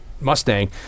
Mustang